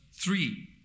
Three